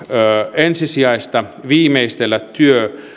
ensisijaista viimeistellä työ